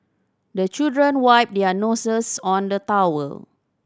the children wipe their noses on the towel